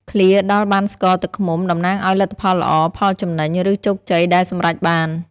ឃ្លា «ដល់បានស្ករទឹកឃ្មុំ» តំណាងឱ្យលទ្ធផលល្អ ផលចំណេញ ឬជោគជ័យដែលសម្រេចបាន។